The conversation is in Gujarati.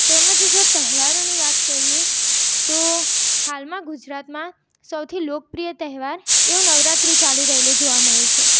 તેમજ જો તહેવારોની વાત કરીએ તો હાલમાં ગુજરાતમાં સૌથી લોકપ્રિય તહેવાર એવો નવરાત્રિ ચાલી રહેલો જોવા મળે છે